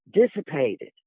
dissipated